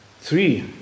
Three